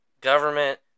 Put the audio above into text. government